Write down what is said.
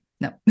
no